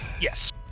Yes